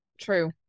True